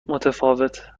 متفاوته